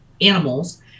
animals